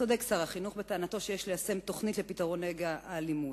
צודק שר החינוך בטענתו שיש ליישם תוכנית לפתרון נגע האלימות,